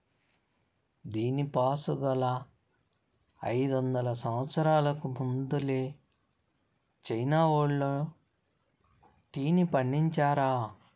దీనిపాసుగాలా, అయిదొందల సంవత్సరాలకు ముందలే చైనా వోల్లు టీని పండించారా